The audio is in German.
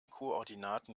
koordinaten